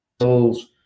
goals